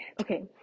okay